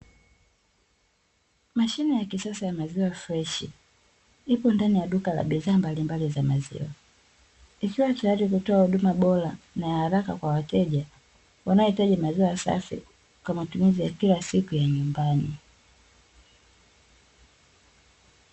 Mashine ya kisasa ya maziwa freshi, iko ndani ya duka la bidhaa ya maziwa, ikiwa tayari kutoa huduma bora na haraka kwa wateja wanayohitaji maziwa safi kwa matumizi ya kila siku ya nyumbani.